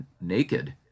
naked